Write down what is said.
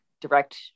direct